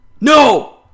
no